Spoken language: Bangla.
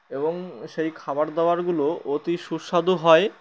এবং সেই খাবার দাবারগুলো অতি সুস্বাদু হয়